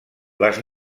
les